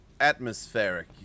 atmospheric